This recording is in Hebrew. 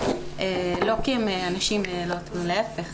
לא כי הם אנשים לא טובים, להפך.